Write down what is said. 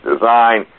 design